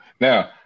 Now